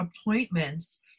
appointments